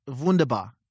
wunderbar